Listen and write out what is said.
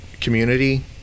community